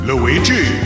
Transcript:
Luigi